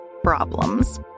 problems